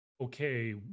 okay